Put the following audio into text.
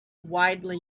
widely